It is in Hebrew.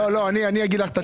לא, אני אגיד לך את הטיעון.